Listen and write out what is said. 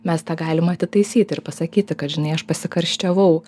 mes tą galim atitaisyti ir pasakyti kad žinai aš pasikarščiavau